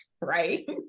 right